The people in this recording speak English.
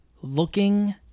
Looking